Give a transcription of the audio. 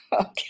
okay